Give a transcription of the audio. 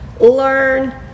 learn